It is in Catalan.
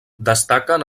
destaquen